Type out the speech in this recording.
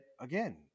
again